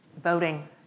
voting